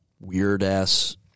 weird-ass